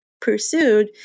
pursued